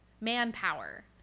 manpower